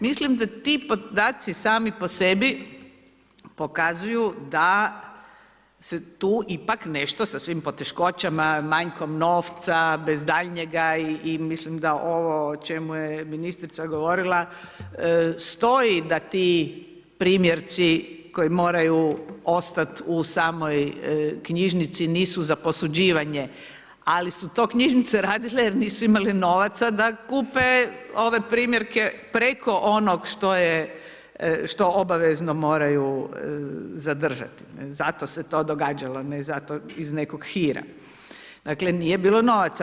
Mislim da ti podaci sami po sebi pokazuju da se tu ipak nešto sa svim poteškoćama, manjkom novca bez daljnjega i mislim da ovo o čemu je ministrica govorila stoji da ti primjerci koji moraju ostati u samoj knjižnici nisu za posuđivanje, ali su to knjižnice radile jer nisu imale novaca da kupe ove primjerke preko onog što obavezno moraju zadržat, zato se to događalo, ne zato iz nekog hira, dakle nije bilo novaca.